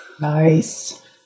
Nice